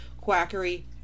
quackery